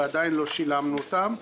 ועדיין לא שילמנו אותן.